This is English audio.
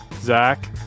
Zach